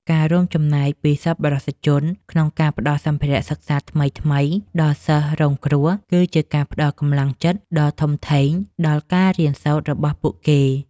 ការរួមចំណែកពីសប្បុរសជនក្នុងការផ្តល់សម្ភារៈសិក្សាថ្មីៗដល់សិស្សរងគ្រោះ គឺជាការផ្តល់កម្លាំងចិត្តដ៏ធំធេងដល់ការរៀនសូត្ររបស់ពួកគេ។